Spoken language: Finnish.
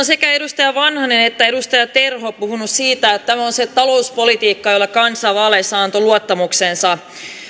sekä edustaja vanhanen että edustaja terho puhuneet siitä että tämä on se talouspolitiikka jolle kansa vaaleissa antoi luottamuksensa